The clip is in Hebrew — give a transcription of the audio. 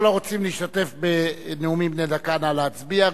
כל הרוצים להשתתף בנאומים בני דקה, נא להצביע.